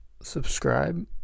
subscribe